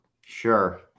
Sure